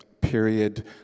period